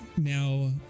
now